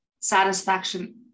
satisfaction